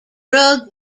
drug